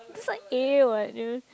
because like !eww! what ya